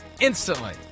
instantly